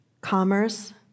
commerce